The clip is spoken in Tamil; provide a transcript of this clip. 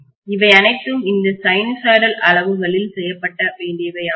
இவை அனைத்தும் இந்த சைனூசாய்டல் அளவுகளில் செய்யப்பட வேண்டியவை ஆகும்